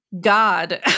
God